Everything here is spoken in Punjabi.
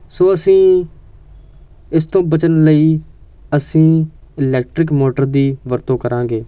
ਸੋ ਅਸੀਂ ਇਸ ਤੋਂ ਬਚਣ ਲਈ ਅਸੀਂ ਇਲੈਕਟ੍ਰਿਕ ਮੋਟਰ ਦੀ ਵਰਤੋਂ ਕਰਾਂਗੇ